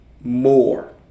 more